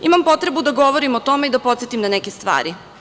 Imam potrebu da govorim o tome i da podsetim na neke stvari.